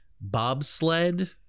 bobsled